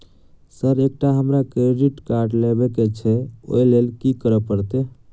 Sir एकटा हमरा credit card लेबकै छैय ओई लैल की करऽ परतै?